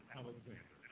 alexander